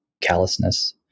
callousness